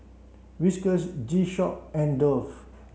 Whiskas G Shock and Dove